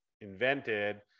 invented